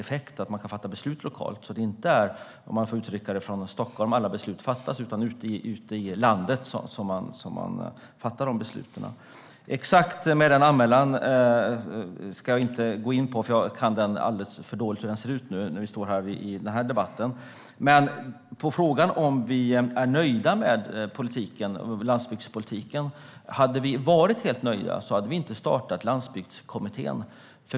Det handlar om att man kan fatta beslut lokalt så att det inte är, om man får uttrycka det så, i Stockholm alla beslut fattas. Det är ute i landet som man fattar de besluten. Den här anmälan ska jag inte gå in på i den här debatten, för jag kan den alldeles för dåligt. På frågan om vi är nöjda med landsbygdspolitiken svarar jag att hade vi varit helt nöjda så hade vi inte startat Landsbygdskommittén.